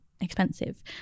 expensive